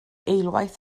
eilwaith